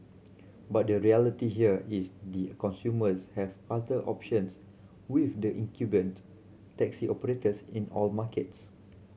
but the reality here is consumers have other options with the incumbent taxi operators in all markets